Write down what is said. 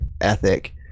ethic